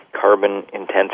carbon-intensive